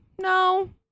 No